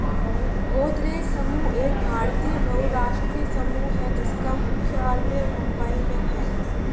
गोदरेज समूह एक भारतीय बहुराष्ट्रीय समूह है जिसका मुख्यालय मुंबई में है